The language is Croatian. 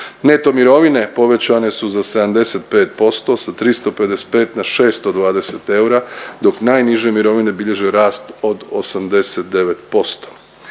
Neto mirovine povećane su za 75% sa 355 na 620 eura, dok najniže mirovine bilježe rast od 89%.